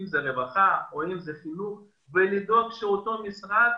אם למשרד הרווחה או אם זה לחינוך ולדאוג שאותו משרד